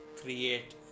create